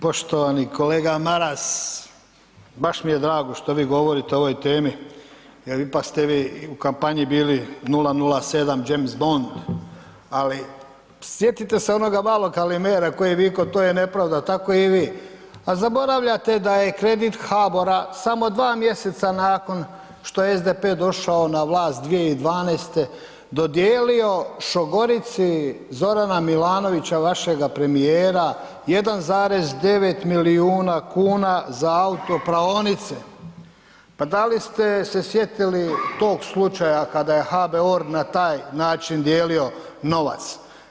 Poštovani kolega Maras, baš mi je drago što vi govorite o ovoj temi jel ipak ste vi u kampanji bili 007 James Bond, ali sjetite se onoga malog Kalimera koji je viko „to je nepravda“, tako i vi, a zaboravljate da je kredit HBOR-a samo dva mjeseca nakon što je SDP došao na vlast 2012. dodijelio šogorici Zorana Milanovića, vašega premijera 1,9 milijuna kuna za autopraonice, pa da li ste se sjetili tog slučaja kada je HBOR na taj način dijelio novac?